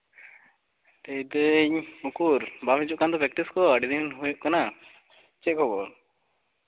ᱞᱟᱹᱭᱫᱟᱹᱧ ᱩᱠᱩᱨ ᱵᱟᱢ ᱦᱤᱡᱩᱜ ᱠᱟᱱ ᱯᱨᱮᱠᱴᱤᱥ ᱠᱚ ᱟᱹᱰᱤ ᱫᱤᱱ ᱦᱩᱭᱩᱜ ᱠᱟᱱᱟ ᱪᱮᱫ ᱠᱷᱚᱵᱚᱨ